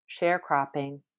sharecropping